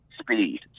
speed